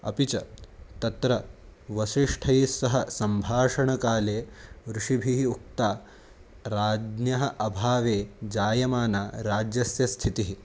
अपि च तत्र वसिष्ठैः सह सम्भाषणकाले ऋषिभिः उक्तं राज्ञः अभावे जायमानराज्यस्य स्थितिः